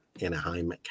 Anaheim